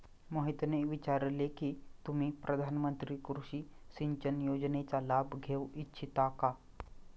मोहितने विचारले की तुम्ही प्रधानमंत्री कृषि सिंचन योजनेचा लाभ घेऊ इच्छिता का?